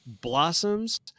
blossoms